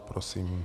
Prosím.